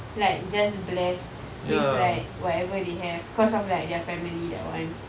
like just blessed with like whatever they have cause of like their family that one